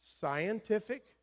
scientific